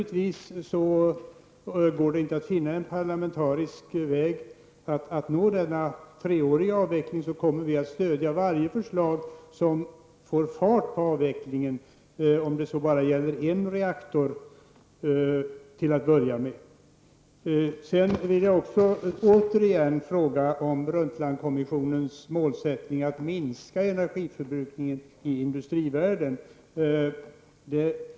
Går det inte att finna en parlamentarisk väg att nå denna treåriga avveckling kommer vi att stödja varje förslag som får fart på avvecklingen, om det så bara gäller en reaktor till att börja med. Brundtlandkommissionens målsättning att minska energiförbrukningen i industrivärlden.